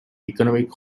economic